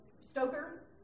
Stoker